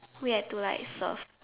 we had to like serve